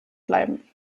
bleiben